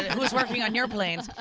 who's working on your planes? ah